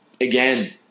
again